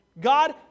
God